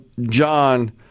John